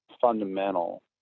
fundamental